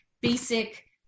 basic